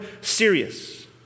serious